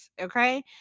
okay